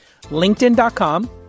linkedin.com